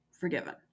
forgiven